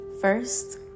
First